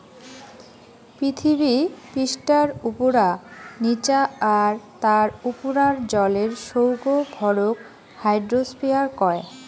পিথীবি পিষ্ঠার উপুরা, নিচা আর তার উপুরার জলের সৌগ ভরক হাইড্রোস্ফিয়ার কয়